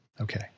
Okay